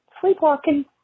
sleepwalking